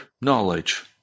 knowledge